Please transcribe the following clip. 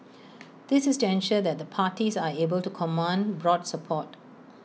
this is to ensure that the parties are able to command broad support